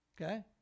okay